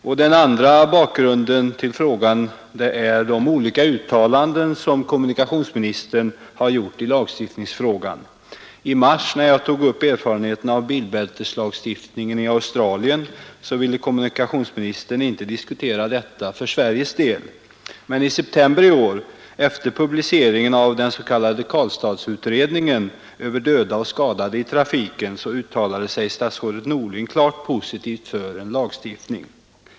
För det andra syftar jag på de uttalanden som kommunikationsministern gjort i lagstiftningsfrågan. När jag i mars tog upp erfarenheterna av bilbälteslagstiftningen i Australien ville kommunikationsministern inte diskutera en sådan lösning för Sveriges del, men i september i år, efter publiceringen av den s.k. Karlstadsutredningen över döda och skadade i trafiken, uttalade sig statsrådet Norling klart positivt för en lagstiftning.